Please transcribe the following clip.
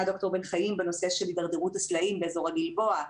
דוקטור בן חיים בנושא של הידרדרות הסלעים באזור הגלבוע,